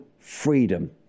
freedom